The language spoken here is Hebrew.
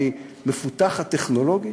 והיא מפותחת טכנולוגית.